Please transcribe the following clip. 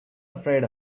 afraid